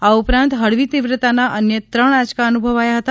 આ ઉપરાંત હળવી તીવ્રતા ના અન્ય ત્રણ આંચકા અનુભવાયા હતા